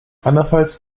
anderenfalls